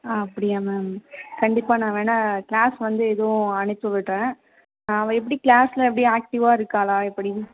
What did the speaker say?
ஆ அப்படியா மேம் கண்டிப்பாக நான் வேணா கிளாஸ் வந்து எதுவும் அனுப்பி விடுறேன் அவ எப்படி கிளாஸில் எப்படி அக்டிவாக இருக்காளா எப்படி